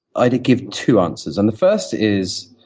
i could give two answers. and the first is